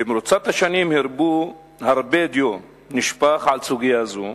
במרוצת השנים הרבה דיו נשפך על סוגיה זו,